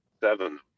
seven